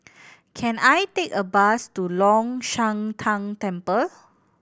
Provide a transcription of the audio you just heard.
can I take a bus to Long Shan Tang Temple